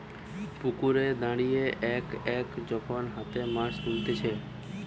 পুকুরে দাঁড়িয়ে এক এক যখন হাতে মাছ তুলতিছে